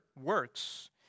works